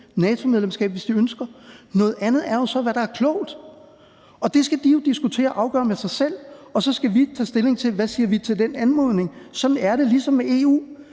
NATO-medlemskab, hvis de ønsker det. Noget andet er jo så, hvad der er klogt, og det skal de jo diskutere og afgøre med sig selv, og så skal vi tage stilling til, hvad vi siger til den anmodning. Sådan er det også med EU,